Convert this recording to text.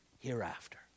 hereafter